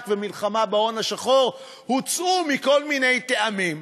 ומלחמה בהון השחור הוצאו מכל מיני טעמים.